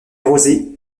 rosés